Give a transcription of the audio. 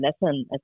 lesson